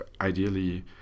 ideally